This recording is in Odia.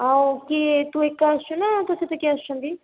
ଆଉ କିଏ ତୁ ଏକା ଆସୁଛୁ ନା ତୋ ସାଙ୍ଗରେ କିଏ ଆସୁଛନ୍ତି